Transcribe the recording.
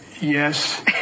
yes